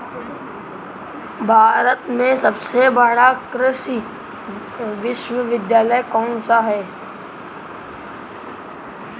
भारत में सबसे बड़ा कृषि विश्वविद्यालय कौनसा है?